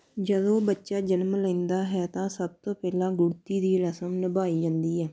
ਜਦੋਂ ਬੱਚਾ ਜਨਮ ਲੈਂਦਾ ਹੈ ਤਾਂ ਸਭ ਤੋਂ ਪਹਿਲਾਂ ਗੁੜਤੀ ਦੀ ਰਸਮ ਨਿਭਾਈ ਜਾਂਦੀ ਹੈ